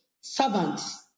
servants